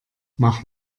mach